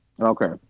Okay